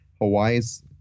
Hawaii's